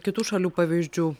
kitų šalių pavyzdžių